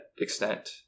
extent